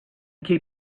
keep